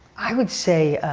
i would say,